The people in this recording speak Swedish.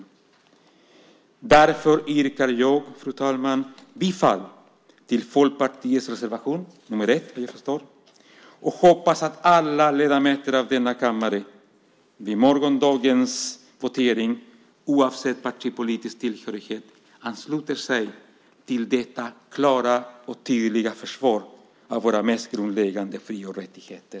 Jag yrkar därför på godkännande av anmälan i Folkpartiets reservation 1 och hoppas att alla ledamöter av denna kammare, oavsett partipolitisk tillhörighet, vid morgondagens votering ansluter sig till detta klara och tydliga försvar av våra mest grundläggande fri och rättigheter.